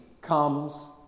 comes